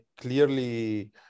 clearly